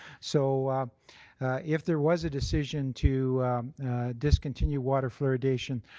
so if there was a decision to discontinue water fluoridation,